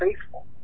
faithful